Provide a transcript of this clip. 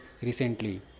recently